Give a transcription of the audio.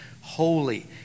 holy